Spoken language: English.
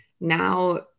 now